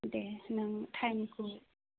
दे नों टाइमखौ